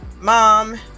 mom